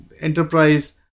enterprise